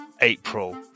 April